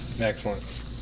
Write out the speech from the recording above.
Excellent